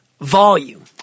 volume